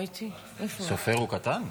סופר הוא קטן?